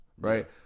right